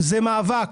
זה מאבק.